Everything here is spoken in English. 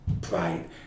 pride